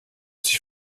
sich